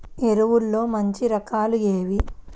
ఎరువుల్లో మంచి రకాలు ఏవి?